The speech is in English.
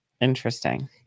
Interesting